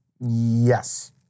Yes